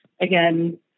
again